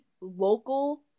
local